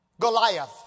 Goliath